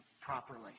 properly